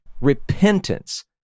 Repentance